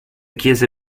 chiese